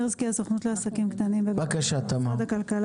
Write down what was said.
תמר מירסקי, הסוכנות לעסקים קטנים במשרד הכלכלה.